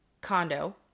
condo